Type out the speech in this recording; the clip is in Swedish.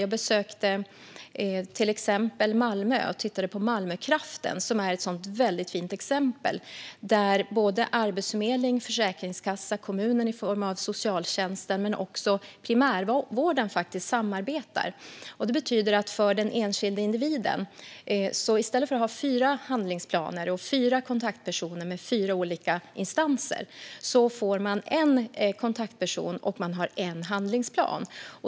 Jag har till exempel besökt Malmö och tittat på Malmökraften, ett väldigt fint exempel där Arbetsförmedlingen, Försäkringskassan, kommunen i form av socialtjänsten och faktiskt också primärvården samarbetar. Det betyder att den enskilde individen i stället för att ha fyra handlingsplaner och fyra kontaktpersoner med fyra olika instanser får en kontaktperson och har en handlingsplan.